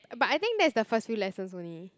but I think that's the first few lessons only